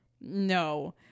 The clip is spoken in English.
no